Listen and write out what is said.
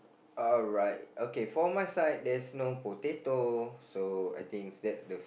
alright okay for my side there's no potato so I think that's the